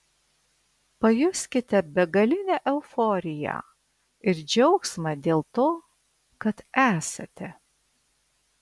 pajuskite begalinę euforiją ir džiaugsmą dėl to kad esate